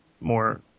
more